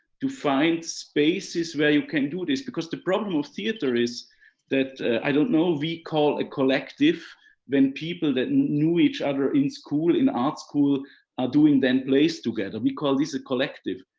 to find spaces where you can do this. because the problem of theater is that, i don't know, we call a collective when people that knew each other in school, in art school are doing then plays together. we call this a collective.